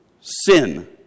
sin